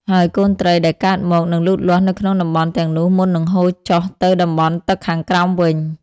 ហើយកូនត្រីដែលកើតមកនឹងលូតលាស់នៅក្នុងតំបន់ទាំងនោះមុននឹងហូរចុះទៅតំបន់ទឹកខាងក្រោមវិញ។